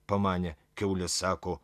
pamanė kiaulės sako